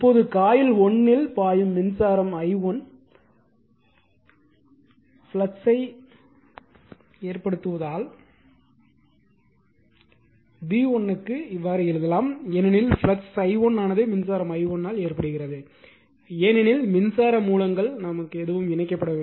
இப்போது காயில் 1 இல் பாயும் மின்சாரம் i1 ஃப்ளக்ஸ் ஏற்படுவதால் நாம் v1 க்கு எழுதலாம் ஏனெனில் ஃப்ளக்ஸ் ∅1 ஆனது மின்சாரம் i1 ஆல் ஏற்படுகிறது ஏனெனில் மின்சார மூலங்கள் எதுவும் இணைக்கப்படவில்லை